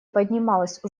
поднималась